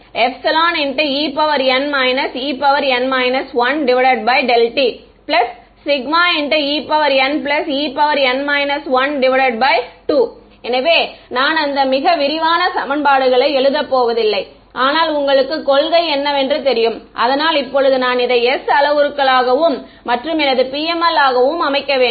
5 t En En 12 எனவே நான் அந்த மிக விரிவான சமன்பாடுகளை எழுதப் போவதில்லை ஆனால் உங்களுக்கு கொள்கை தெரியும் அதனால் இப்போது நான் இதை s அளவுருக்களாகவும் மற்றும் எனது PML ஆகவும் அமைக்க வேண்டும்